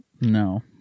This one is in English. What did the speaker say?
No